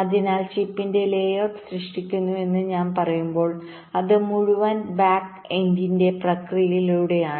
അതിനാൽ ചിപ്പിന്റെ ലേഔട്ട് സൃഷ്ടിക്കപ്പെട്ടുവെന്ന് ഞാൻ പറയുമ്പോൾ അത് മുഴുവൻ ബാക്ക് എൻഡ്ഡിസൈൻപ്രക്രിയയിലൂടെയാണ്